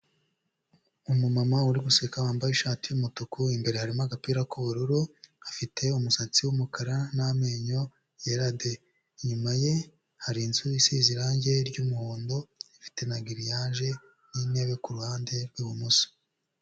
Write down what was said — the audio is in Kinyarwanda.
Umumama uri guseka wambaye ishati y'umutuku, imbere harimo agapira k'ubururu, afite umusatsi w'umukara n'amenyo yera de, inyuma ye, hari inzu isize irangi ry'muhondo, ifite na giriyaje n'intebe ku ruhande rw'ibumoso.